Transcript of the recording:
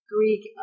Greek